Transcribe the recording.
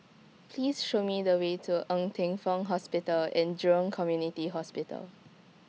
Please Show Me The Way to Ng Teng Fong Hospital and Jurong Community Hospital